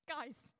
Guys